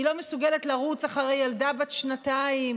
היא לא מסוגלת לרוץ אחרי ילדה בת שנתיים.